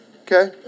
Okay